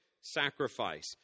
sacrifice